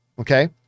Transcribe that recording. Okay